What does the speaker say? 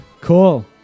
cool